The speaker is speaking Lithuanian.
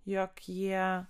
jog jie